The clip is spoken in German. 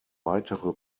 weitere